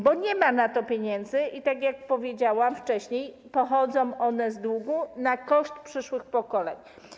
Bo nie ma na to pieniędzy i tak jak powiedziałam wcześniej, pochodzą one z długu, co jest na koszt przyszłych pokoleń.